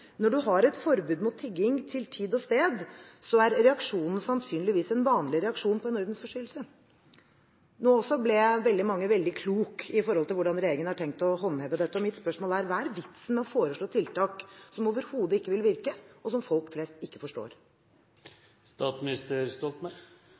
du har et forbud mot tigging til tid og sted, så er reaksjonen sannsynligvis en vanlig reaksjon på en ordensforstyrrelse.» Nå ble nok mange veldig mye klokere med tanke på hvordan regjeringen har tenkt å håndheve dette. Mitt spørsmål er: Hva er vitsen med å foreslå tiltak som overhodet ikke vil virke, og som folk flest ikke forstår?